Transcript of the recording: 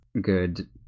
good